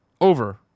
over